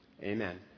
Amen